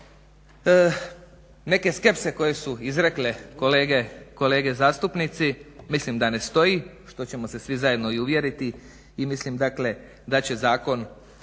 Neke skepse koje su izrekle kolege zastupnici mislim da ne stoji, što ćemo se svi zajedno i uvjeriti, i mislim dakle da